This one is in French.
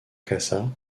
casa